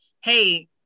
hey